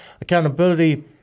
accountability